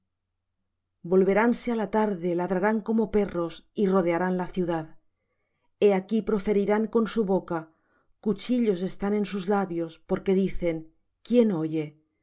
volveránse á la tarde ladrarán como perros y rodearán la ciudad he aquí proferirán con su boca cuchillos están en sus labios porque dicen quién oye